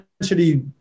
essentially